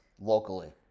locally